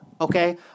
okay